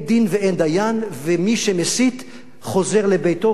ומי שמסית חוזר לביתו כאילו לא קרה כלום.